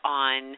on